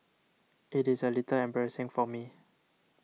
it is a little embarrassing for me